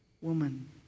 woman